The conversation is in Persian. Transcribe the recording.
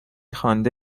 خوانده